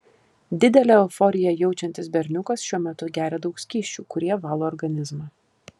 didelę euforiją jaučiantis berniukas šiuo metu geria daug skysčių kurie valo organizmą